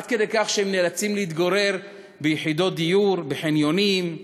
עד כדי כך שהם נאלצים להתגורר ביחידות דיור בחניונים,